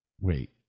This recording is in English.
Wait